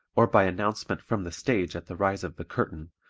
or by announcement from the stage at the rise of the curtain,